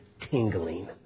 tingling